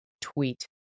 tweet